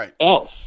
else